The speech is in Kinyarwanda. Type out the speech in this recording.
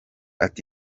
ati